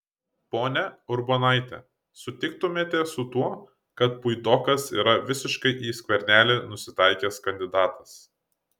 ponia urbonaite sutiktumėte su tuo kad puidokas yra visiškai į skvernelį nusitaikęs kandidatas